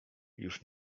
już